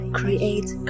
create